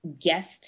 guest